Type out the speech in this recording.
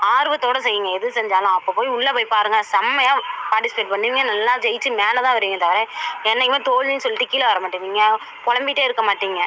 ஆர்வத்தோட செய்ங்க எது செஞ்சாலும் அப்போ போய் உள்ளே போய் பாருங்கள் செமையாக பார்ட்டிஸ்பேட் பண்ணுவீங்க நல்லா ஜெயிச்சு மேலே தான் வருவீங்க தவிர என்றைக்குமே தோல்வின்னு சொல்லிட்டு கீழே வர மாட்டீங்க நீங்கள் பொலம்பிகிட்டே இருக்க மாட்டீங்க